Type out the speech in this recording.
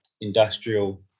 industrial